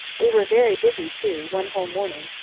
we were very busy, too, one whole morning,